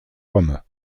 rome